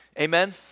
Amen